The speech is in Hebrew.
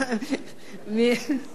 אני מוותר.